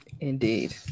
indeed